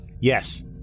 Yes